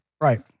Right